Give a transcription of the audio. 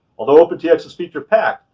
although opentx is feature packed,